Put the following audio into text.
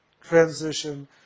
transition